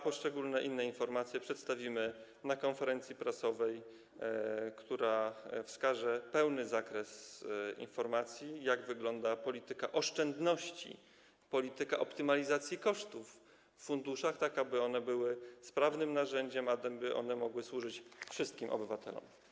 Inne szczegółowe informacje przedstawimy na konferencji prasowej, która w pełnym zakresie ukaże, jak wygląda polityka oszczędności, polityka optymalizacji kosztów w funduszach, tak aby one były sprawnym narzędziem, aby mogły służyć wszystkim obywatelom.